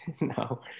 No